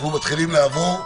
אנחנו מתחילים לעבור.